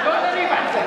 לא דנים על זה.